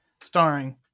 starring